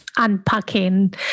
Unpacking